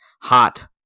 hot